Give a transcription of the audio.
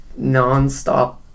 nonstop